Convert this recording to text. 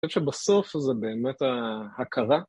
אני חושב שבסוף זה באמת ההכרה